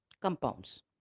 Compounds